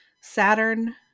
saturn